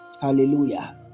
hallelujah